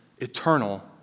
eternal